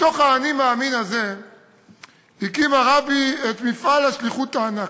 מתוך ה"אני מאמין" הזה הקים הרבי את מפעל השליחות הענק.